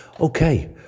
Okay